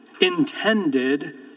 intended